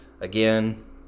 Again